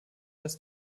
dass